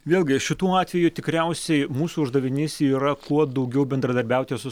vėlgi šituo atveju tikriausiai mūsų uždavinys yra kuo daugiau bendradarbiauti su